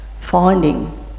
finding